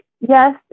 Yes